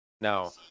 Now